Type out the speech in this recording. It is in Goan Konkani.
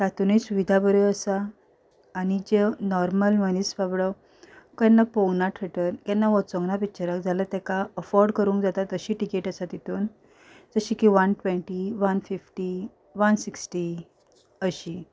तातुंनूय सुविदा बऱ्यो आसा आनी ज्यो नॉर्मल मनीस बाबडो केन्ना पळोना थेटर केन्ना वचोंक ना पिक्चराक जाल्यार ताका अफोर्ड करूंक जाता तशी तिकेट आसा तितून जशें की one twenty one fifty one sixty अशी